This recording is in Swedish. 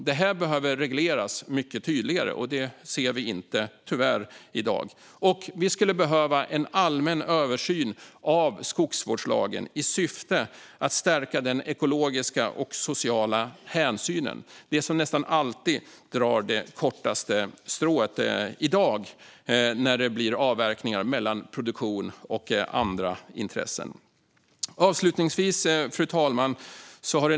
Det behöver regleras mycket tydligare. Och detta ser vi tyvärr inte i dag. Vi skulle behöva en allmän översyn av skogsvårdslagen i syfte att stärka den ekologiska och sociala hänsynen, som nästan alltid drar det kortaste strået i dag när det blir avvägningar mellan produktion och andra intressen. Fru talman!